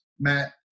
Matt